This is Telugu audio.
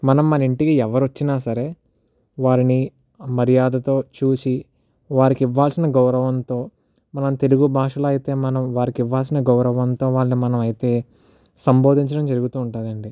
మనం మన ఇంటి ఎవరు ఎవరు వచ్చినా సరే వారిని మర్యాదతో చూసి వారికి ఇవ్వాల్సిన గౌరవంతో మనం తెలుగు భాషలో అయితే మనం వారికి ఇవ్వాల్సిన గౌరవంతో వాళ్ళని మనం అయితే సంబోధించడం జరుగుతూ ఉంటుంది అండి